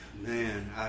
Man